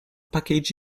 package